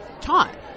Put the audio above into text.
taught